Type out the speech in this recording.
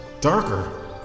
Darker